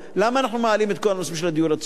למה אנחנו מעלים את כל הנושאים של הדיור הציבורי?